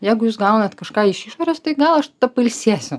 jeigu jūs gaunat kažką iš išorės tai gal aš tada pailsėsiu